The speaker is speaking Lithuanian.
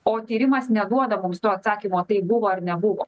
o tyrimas neduoda mums to atsakymo taip buvo ar nebuvo